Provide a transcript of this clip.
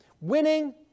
Winning